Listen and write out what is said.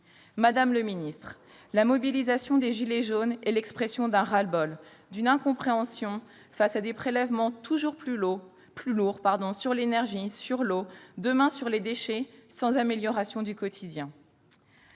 Madame le ministre, la mobilisation des « gilets jaunes » est l'expression d'un ras-le-bol, d'une incompréhension face à des prélèvements toujours plus lourds sur l'énergie, sur l'eau, demain sur les déchets, sans amélioration du quotidien,